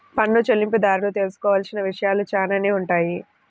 పన్ను చెల్లింపుదారులు తెలుసుకోవాల్సిన విషయాలు చాలానే ఉంటాయి